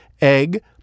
egg